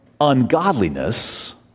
ungodliness